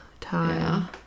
time